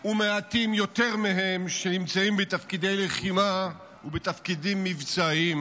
ומעטים יותר מהם שנמצאים בתפקידי לחימה ובתפקידים מבצעיים,